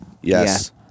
Yes